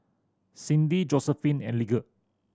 Cindi Josephine and Lige